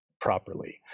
properly